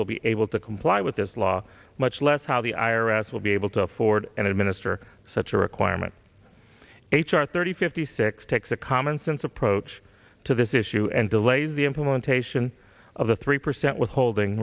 will be able to comply with this law much less how the i r s will be able to afford and administer such a requirement h r thirty fifty six takes a commonsense approach to this issue and delays the implementation of the three percent withholding